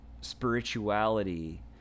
spirituality